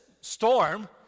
storm